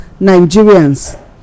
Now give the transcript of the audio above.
Nigerians